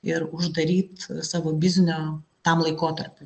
ir uždaryt savo biznio tam laikotarpiui